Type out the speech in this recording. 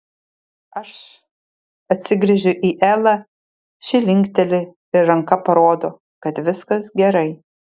aš atsigręžiu į elą ši linkteli ir ranka parodo kad viskas gerai